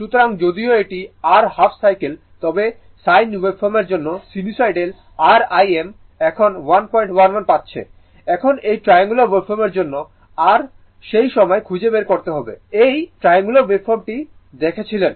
সুতরাং যদিও এটি r হাফ সাইকেল তবে সাইন ওয়েভফর্মের জন্য সিনুসোইডাল r Im এখন 111 পাচ্ছে এখন এই ট্রায়াঙ্গুলার ওয়েভফর্মের জন্য r সেই সময় খুঁজে বের করার জন্য এই ট্রায়াঙ্গুলার ওয়েভফর্মটি দেখাচ্ছিল